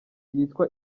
yitwa